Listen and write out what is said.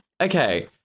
Okay